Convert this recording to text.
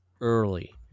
early